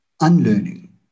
unlearning